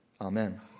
Amen